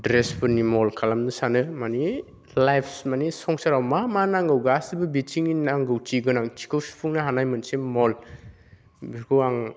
द्रेसफोरनि मल खालामनो सानो माने लाइफ माने संसाराव मा मा नांगौ गासिबो बिथिंनि नांगौथि गोनांथिखौ सुफुंनो हानाय मोनसे मल बेखौ आं